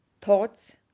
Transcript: Thoughts